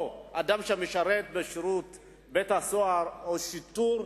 אדם שמשרת בשירות בתי-הסוהר או שיטור,